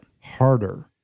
harder